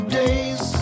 days